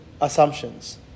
assumptions